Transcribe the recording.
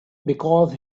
because